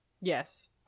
Yes